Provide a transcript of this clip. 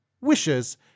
wishes